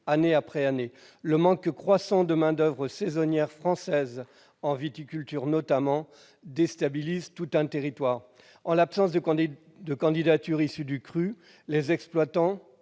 année après année. Le manque croissant de main-d'oeuvre saisonnière française, en viticulture notamment, déstabilise tout un territoire. En l'absence de candidatures issues du cru, les exploitations